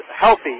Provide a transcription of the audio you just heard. healthy